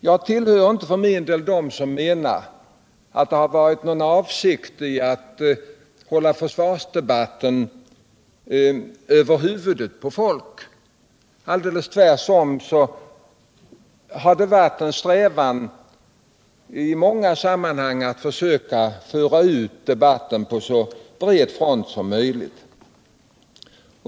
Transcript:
Jag tillhör för min del inte dem som menar att någon med avsikt velat hålla försvarsdebatten över huvudet på folk. Alldeles tvärtom har det varit en strävan i många sammanhang att föra ut debatten på så bred front som möjligt.